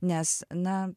nes na